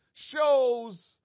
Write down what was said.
shows